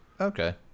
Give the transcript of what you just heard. Okay